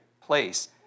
place